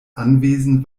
anwesen